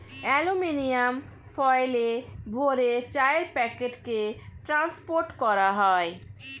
aluminium ফয়েলে ভরে চায়ের প্যাকেটকে ট্রান্সপোর্ট করা হয়